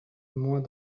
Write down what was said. moins